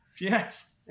Yes